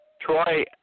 Troy